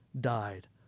died